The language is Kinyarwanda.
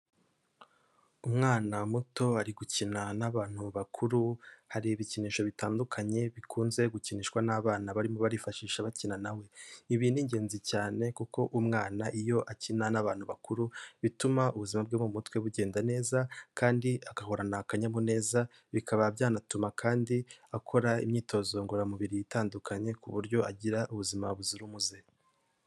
Umwana muto ari gukina n'abantu bakuru, hari ibikinisho bitandukanye bikunze gukinishwa n'abana barimo barifashisha bakina na we, ibi ni ingenzi cyane kuko umwana iyo akina n'abantu bakuru bituma ubuzima bwe bwo mu mutwe bugenda neza, kandi agahorana akanyamuneza, bikaba byanatuma kandi akora imyitozo ngororamubiri itandukanye, ku buryo agira ubuzima buzira umuze.